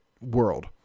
world